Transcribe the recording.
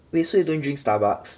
wait so you don't drink Starbucks